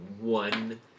one